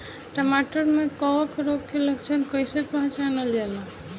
टमाटर मे कवक रोग के लक्षण कइसे पहचानल जाला?